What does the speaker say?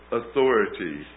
authority